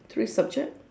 three subject